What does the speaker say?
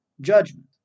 judgment